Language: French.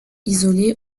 isolées